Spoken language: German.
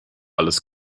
alles